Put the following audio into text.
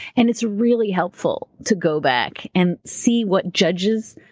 and it's really helpful to go back and see what judges,